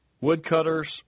woodcutters